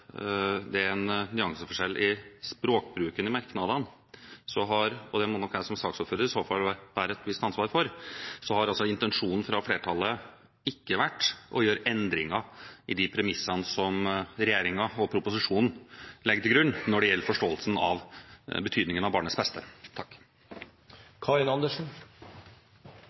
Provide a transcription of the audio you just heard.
må nok jeg som saksordfører i så fall bære et visst ansvar for – har intensjonen fra flertallet ikke vært å gjøre endringer i de premissene som regjeringen og proposisjonen legger til grunn når det gjelder forståelsen av betydningen av «barnets beste».